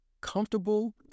comfortable